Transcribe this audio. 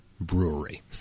Brewery